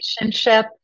relationship